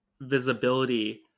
visibility